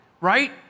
right